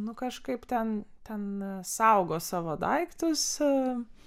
nu kažkaip ten ten saugo savo daiktus